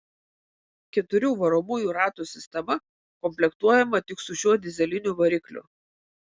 keturių varomųjų ratų sistema komplektuojama tik su šiuo dyzeliniu varikliu